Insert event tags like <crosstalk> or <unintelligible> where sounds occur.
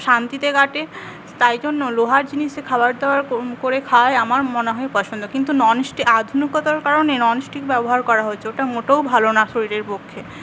শান্তিতে কাটে তাই জন্য লোহার জিনিসে খাবার দাবার করে <unintelligible> খাওয়াই আমার মনে হয় পছন্দ কিন্তু ননস্টিক আধুনিকতার কারণে ননস্টিক ব্যবহার করা হয়েছে ওটা মোটেও ভালো না শরীরের পক্ষে